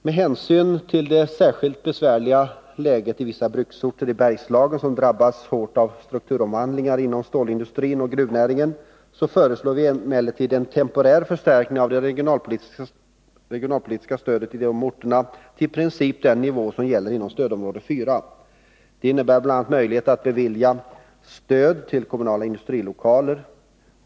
Med hänsyn till det särskilt besvärliga läget på vissa bruksorter i Bergslagen, som drabbats hårt av strukturomvandlingar inom stålindustrin och gruvnäringen, föreslår vi emellertid en temporär förstärkning av det regionalpolitiska stödet på dessa orter till i princip den nivå som gäller inom stödområde 4. Det innebär bl.a. möjlighet att bevilja stöd till kommunala industrilokaler.